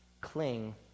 cling